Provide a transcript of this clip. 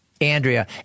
Andrea